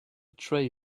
tray